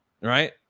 right